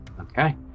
okay